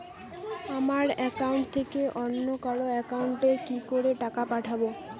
আমার একাউন্ট থেকে অন্য কারো একাউন্ট এ কি করে টাকা পাঠাবো?